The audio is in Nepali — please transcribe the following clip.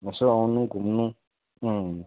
यसो आउनु घुम्नु उम्म